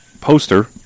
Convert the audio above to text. poster